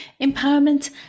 empowerment